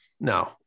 no